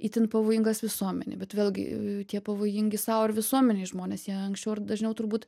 itin pavojingas visuomenei bet vėlgi tie pavojingi sau ir visuomenei žmonės jie anksčiau ar dažniau turbūt